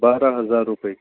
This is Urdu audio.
بارہ ہزار روپے